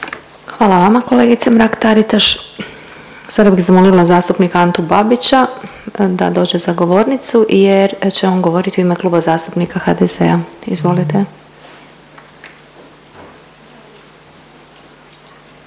Hvala vama kolegice Mrak Taritaš. Sada bih zamolila zastupnika Antu Babića da dođe za govornicu jer će on govoriti u ime Kluba zastupnika HDZ-a. Izvolite.